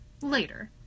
later